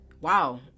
wow